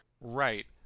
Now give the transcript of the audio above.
Right